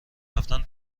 رفتن